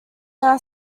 now